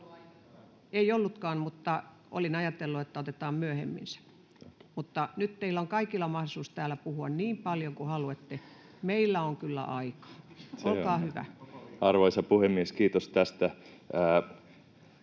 Ei ollutkaan, mutta olin ajatellut, että otetaan se myöhemmin. Mutta nyt teillä on kaikilla mahdollisuus täällä puhua niin paljon kuin haluatte. Meillä on kyllä aikaa. — Olkaa hyvä. [Speech 24]